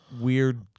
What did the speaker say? weird